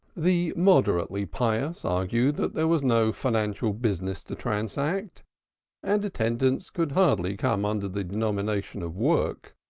the moderately pious argued that there was no financial business to transact and attendance could hardly come under the denomination of work.